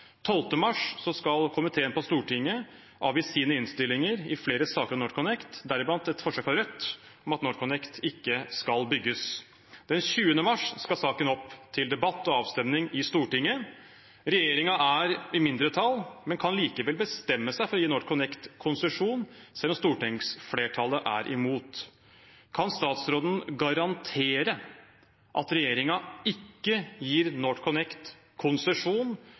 skal komiteen på Stortinget avgi sine innstillinger i flere saker om NorthConnect, deriblant et forslag fra Rødt om at NorthConnect ikke skal bygges. Den 20. mars skal saken opp til debatt og avstemning i Stortinget. Regjeringen er i mindretall, men kan likevel bestemme seg for å gi NorthConnect konsesjon, selv om stortingsflertallet er imot. Kan statsråden garantere at regjeringen ikke gir NorthConnect konsesjon